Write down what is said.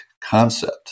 concept